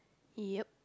ya